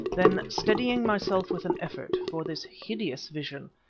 then steadying myself with an effort, for this hideous vision,